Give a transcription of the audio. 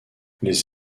les